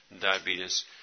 diabetes